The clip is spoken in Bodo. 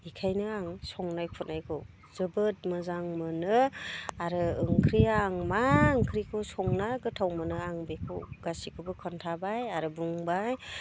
बेखायनो आं संनाय खुरनायखौ जोबोद मोजां मोनो आरो ओंख्रिया आं मा ओंख्रिखौ संना गोथाव मोनो आं बेखौ गासिखौबो खोनथाबाय आरो बुंबाय